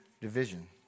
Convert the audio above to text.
division